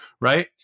right